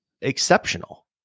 exceptional